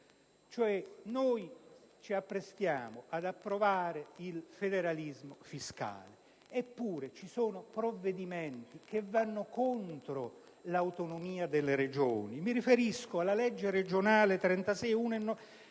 Nord. Ci apprestiamo ad approvare il federalismo fiscale, eppure alcuni provvedimenti vanno contro l'autonomia delle Regioni. Mi riferisco alla legge regionale n.